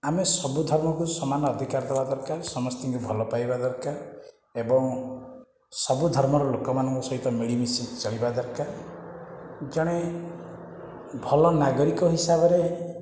ଆମେ ସବୁ ଧର୍ମକୁ ସମାନ ଅଧିକାର ଦେବା ଦରକାରେ ସମସ୍ତିଙ୍କୁ ଭଲ ପାଇବା ଦରକାର ଏବଂ ସବୁ ଧର୍ମର ଲୋକମାନଙ୍କ ସହିତ ମିଳିମିଶି ଚଳିବା ଦରକାର ଜଣେ ଭଲ ନାଗରିକ ହିସାବରେ